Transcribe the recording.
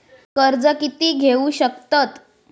कर्ज कीती घेऊ शकतत?